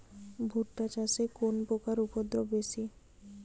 ভুট্টা চাষে কোন পোকার উপদ্রব বেশি?